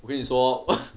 我跟你说